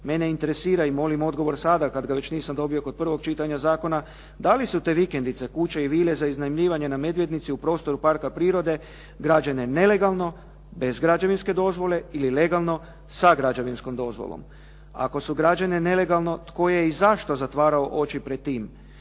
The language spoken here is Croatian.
Mene interesira i molim odgovor sada kad ga već nisam dobio kod prvog čitanja zakona, da li su te vikendice, kuće i vile za iznajmljivanje na Medvednici u prostoru parka prirode građene nelegalno bez građevinske dozvole ili legalno sa građevinskom dozvolom. Ako su građene nelegalno tko je i zašto zatvarao oči pred tim?